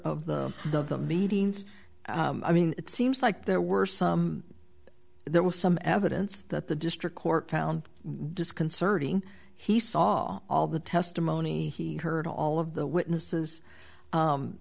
of the of the meetings i mean it seems like there were some there was some evidence that the district court found disconcerting he saw all the testimony he heard all of the witnesses